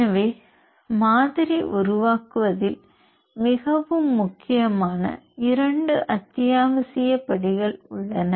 எனவே மாதிரி உருவாக்குவதில் மிகவும் முக்கியமான இரண்டு அத்தியாவசிய படிகள் உள்ளன